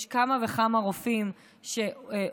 יש כמה וכמה רופאים שהורשעו,